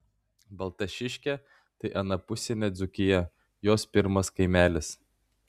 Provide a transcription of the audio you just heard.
baltašiškė tai anapusinė dzūkija jos pirmas kaimelis